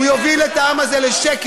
הוא יוביל את העם הזה לשקט,